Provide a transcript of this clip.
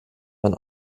man